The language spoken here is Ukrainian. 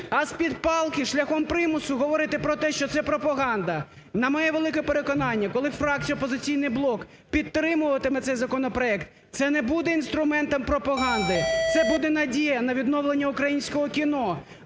А з-під палки шляхом примусу говорити про те, що це пропаганда, на моє велике переконання, коли фракція "Опозиційний блок" підтримуватиме цей законопроект це не буде інструментом пропаганди, це буде надія на відновлення українського кіно.